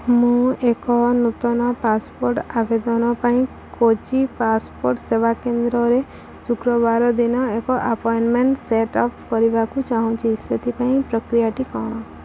ମୁଁ ଏକ ନୂତନ ପାସପୋର୍ଟ୍ ଆବେଦନ ପାଇଁ କୋଚି ପାସପୋର୍ଟ୍ ସେବା କେନ୍ଦ୍ରରେ ଶୁକ୍ରବାର ଦିନ ଏକ ଆପଏଣ୍ଟ୍ମେଣ୍ଟ୍ ସେଟ୍ ଅପ୍ କରିବାକୁ ଚାହୁଁଛି ସେଥିପାଇଁ ପ୍ରକ୍ରିୟାଟି କ'ଣ